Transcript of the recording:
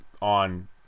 on